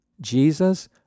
Jesus